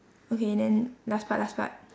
okay then last part last part